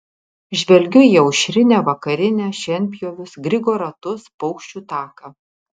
žvelgiu į aušrinę vakarinę šienpjovius grigo ratus paukščių taką